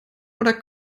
oder